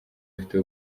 afite